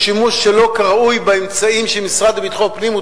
או לשימוש שלא כראוי באמצעים של המשרד לביטחון פנים,